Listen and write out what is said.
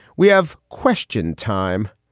we have question time.